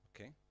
Okay